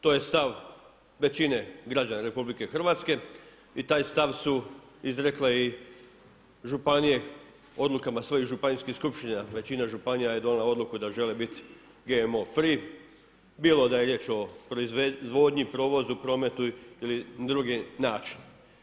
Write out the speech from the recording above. To je stav većine građana RH i taj stav su izrekle i županije, odlukama svojih županijskih skupština, većina županija je donijela odluku, da žele biti GMO free, bilo da je riječ o proizvodnji, provozu, prometu ili na drugi način.